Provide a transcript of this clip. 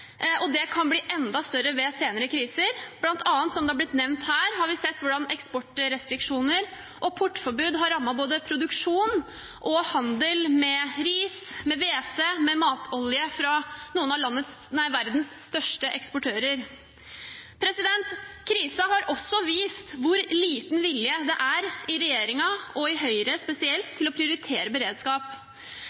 Det kan bli enda større ved senere kriser. Blant annet, som det har blitt nevnt her, har vi sett hvordan eksportrestriksjoner og portforbud har rammet både produksjon av og handel med ris, med hvete og med matolje fra noen av verdens største eksportører. Krisen har også vist hvor liten vilje det er i regjeringen, og i Høyre spesielt, til å prioritere beredskap.